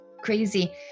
crazy